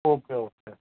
okay okay